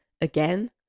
again